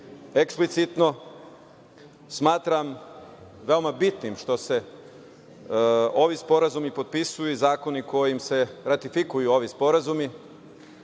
eksplicitno. Smatram veoma bitnim što se ovi sporazumi potpisuju i zakoni kojim se ratifikuju ovi sporazumi,